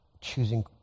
choosing